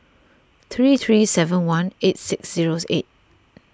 three three seven one eight six zero eight